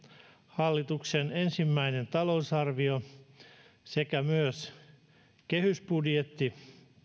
hallituksen ensimmäinen talousarvio sekä kehysbudjetti